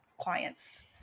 clients